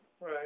Right